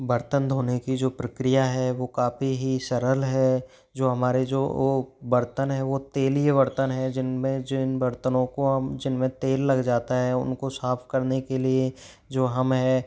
बर्तन धोने की जो प्रक्रिया है वो काफ़ी ही सरल है जो हमारे जो वो बर्तन है वो तेलीय बर्तन है जिनमें जिन बर्तनों को हम जिनमें तेल लग जाता है उनको साफ करने के लिए जो हम है